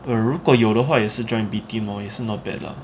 err 如果有的话也是 join B team lor 也是 not bad lah